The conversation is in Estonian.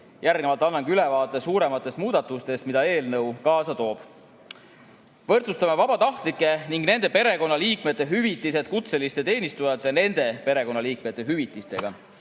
Järgnevalt annangi ülevaate suurematest muudatustest, mida eelnõu kaasa toob. Võrdsustame vabatahtlike ning nende perekonnaliikmete hüvitised kutseliste teenistujate ja nende perekonnaliikmete hüvitistega.